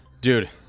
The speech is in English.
Dude